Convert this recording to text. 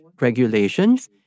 regulations